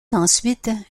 ensuite